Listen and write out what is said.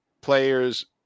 players